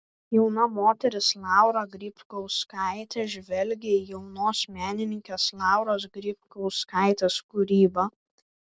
jauna moteris laura grybkauskaitė žvelgia į jaunos menininkės lauros grybkauskaitės kūrybą